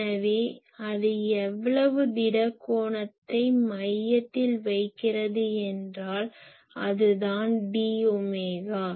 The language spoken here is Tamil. எனவே அது எவ்வளவு திட கோணத்தை மையத்தில் வைக்கிறது என்றால் அது தான் d ஒமேகா